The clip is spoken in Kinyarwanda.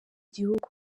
gihugu